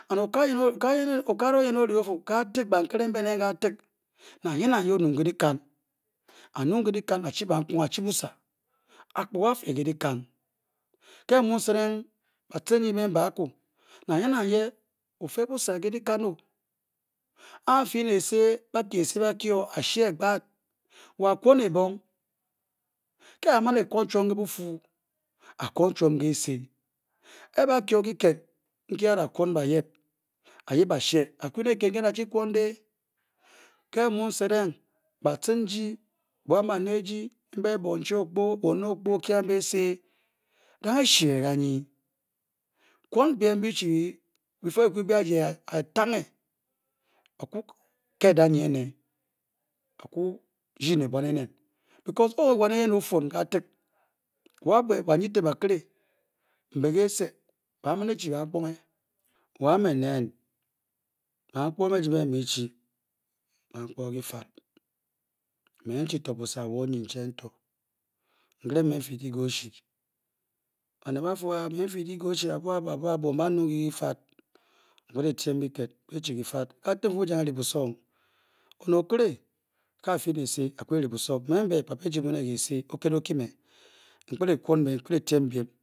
An oka loyen okapara yen ore ofu na yen na yen ouu le lakow adii bu sa aptorna a pely le lakan a-key asey aba pur ketel oyep kan ye opkel clebe kun bem-mbe ba chi ba kan oti ta ta aje aisenge ba mani chi baa phore wa me ne ba phor nje bee nuanige bumplare lafal me chi tor busa yen wa oyen change nnelo men ckhel pe kufe me nuge le fe onele otor nkole mu oye phele kun ben ofpe me nkpde kun beim npkele te tem bem or pe